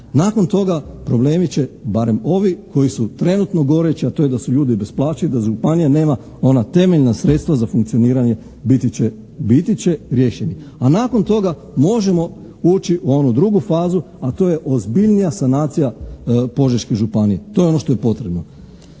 Nakon toga problemi će barem ovi koji su trenutno goreći, a to je da su ljudi bez plaće i da županija nema ona temeljna sredstva za funkcioniranje, biti će riješeni. A nakon toga možemo ući u onu drugu fazu, a to je ozbiljnija sanacija Požeške županije. To je ono što je potrebno.